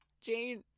Jane